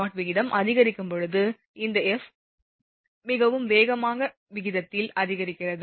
0 VnV0 விகிதம் அதிகரிக்கும் போது இந்த F மிகவும் வேகமான விகிதத்தில் அதிகரிக்கிறது